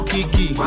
Kiki